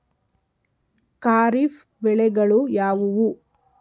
ಖಾರಿಫ್ ಬೆಳೆಗಳು ಯಾವುವು?